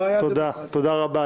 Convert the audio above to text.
תודה רבה.